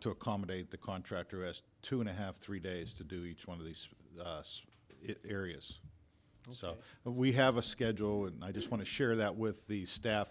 to accommodate the contractor as two and a half three days to do each one of these areas so we have a schedule and i just want to share that with the staff